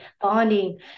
bonding